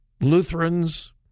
Lutherans